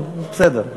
אבל בסדר.